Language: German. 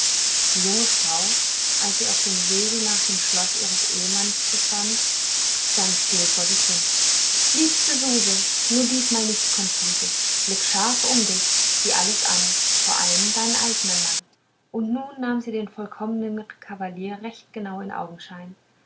die junge frau als sie auf dem wege nach dem schloß ihres eheherrn befand sang still vor sich hin liebste suse nur diesmal nicht konfuse blick scharf um dich sieh alles an vor allen deinen eignen mann und nun nahm sie den vollkommenen kavalier recht genau in augenschein